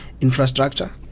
infrastructure